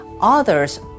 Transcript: others